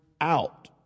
out